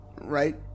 Right